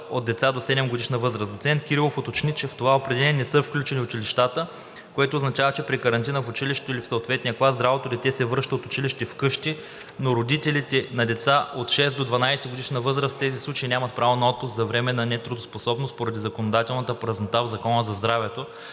от деца до 7-годишна възраст. Доцент Кирилов уточни, че в това определение не са включени училищата, което означава, че при карантина в училището или в съответния клас здравото дете се връща от училище вкъщи, но родителите на деца от 6- до 12-годишна възраст в тези случаи нямат право на отпуск за временна неработоспособност поради законодателна празнота в Закона за здравето,